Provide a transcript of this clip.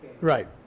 Right